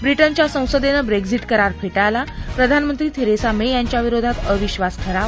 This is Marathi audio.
ब्रिटनच्या संसदेनं ब्रेक्झिट करार फेटाळला प्रधान मंत्री थेरेसा मे यांच्याविरोधात अविश्वास ठराव